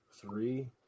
three